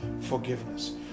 forgiveness